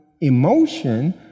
emotion